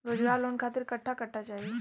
रोजगार लोन खातिर कट्ठा कट्ठा चाहीं?